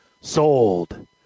Sold